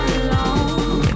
alone